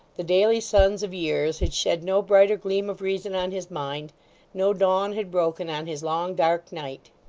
the daily suns of years had shed no brighter gleam of reason on his mind no dawn had broken on his long, dark night.